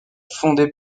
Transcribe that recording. fondée